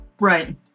Right